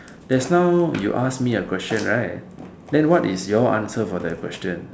just now you ask me a question right then what is your answer for that question